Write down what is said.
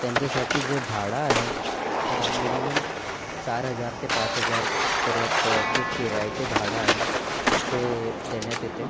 त्यांच्यासाठी जे भाडं आहे मिनिमम चार हजार ते पाच हजारपर्यंत जे किरायचे भाडं आहे ते देण्यात येते